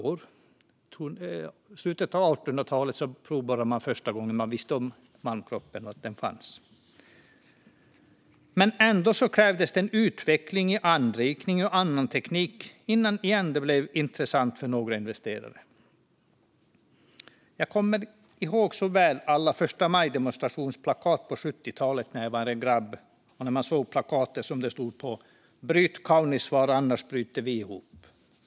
Jag tror att det var i slutet av 1800-talet som man provborrade första gången och visste om att malmkroppen fanns. Ändå krävdes det utveckling i anrikning och annan teknik innan det återigen blev intressant för några investerare. Jag kommer så väl ihåg alla demonstrationsplakat på första maj på 70-talet, när jag var bara var en grabb. Man såg plakaten där det stod: Bryt Kaunisvaara, annars bryter vi ihop.